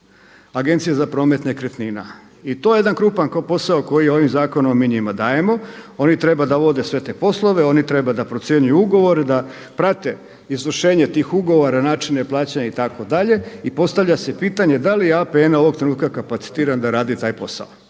Agencija za promet nekretnina i to je jedan krupan posao koji ovom zakonom mi njima dajemo, oni trebaju voditi sve te poslove, oni trebaju procjenjivati ugovor, da prate izvršenje tih ugovora, načine plaćanja itd. i postavlja se pitanje da li APN ovog trenutka kapacitiran da radi taj posao,